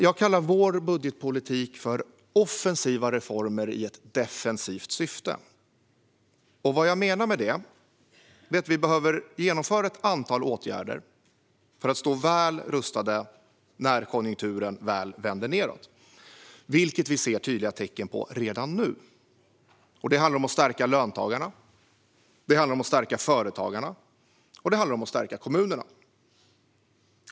Jag kallar vår budgetpolitik för offensiva reformer i ett defensivt syfte. Vad jag menar med det är att vi behöver genomföra ett antal åtgärder för att stå väl rustade när konjunkturen vänder nedåt, vilket vi ser tydliga tecken på redan nu. Det handlar om att stärka löntagarna, att stärka företagarna och att stärka kommunerna.